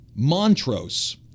Montrose